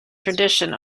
tradition